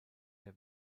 der